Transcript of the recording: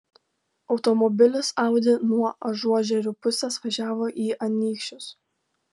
automobilis audi nuo ažuožerių pusės važiavo į anykščius